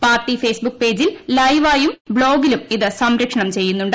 party Facebook പേജിൽ ലൈവായും ബ്ലോഗിലും ഇത് സംപ്രേക്ഷണം ചെയ്യുന്നുണ്ട്